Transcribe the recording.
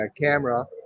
camera